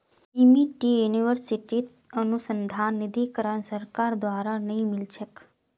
Amity यूनिवर्सिटीत अनुसंधान निधीकरण सरकार द्वारा नइ मिल छेक